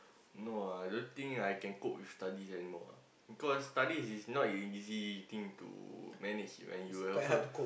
no ah I don't think I can cope with studies anymore ah because studies is not an easy thing to manage and you will also